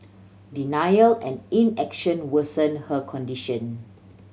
denial and inaction worsen her condition